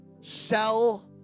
Sell